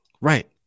right